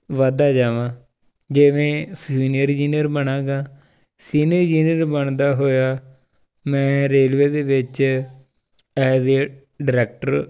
ਵੱਧਦਾ ਜਾਵਾਂ ਜਿਵੇਂ ਸੀਨੀਅਰ ਇੰਜੀਨੀਅਰ ਬਣਾਂਗਾ ਸੀਨੀਅਰ ਇੰਜੀਨੀਅਰ ਬਣਦਾ ਹੋਇਆ ਮੈਂ ਰੇਲਵੇ ਦੇ ਵਿੱਚ ਐਜ ਏ ਡਾਇਰੈਕਟਰ